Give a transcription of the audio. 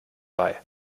bei